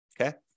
okay